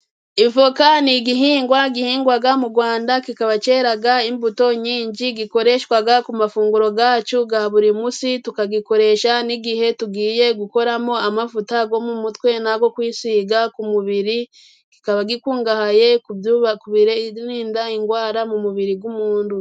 Avoka ni igihingwa gihingwa mu Rwanda, kikaba cyera imbuto nyinshi, gikoreshwa ku mafunguro yacu ya buri munsi, tukagikoresha n'igihe tugiye gukoramo amavuta yo mu mutwe, n'ayo kwisiga ku mubiri, kikaba gikungahaye ku birinda indwara mu mubiri w'umuntu.